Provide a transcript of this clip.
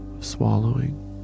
swallowing